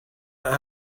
that